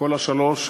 כל השלוש,